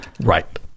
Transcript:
Right